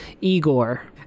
Igor